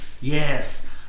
yes